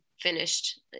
finished